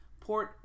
port